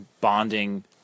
bonding